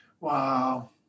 Wow